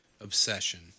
obsession